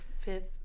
fifth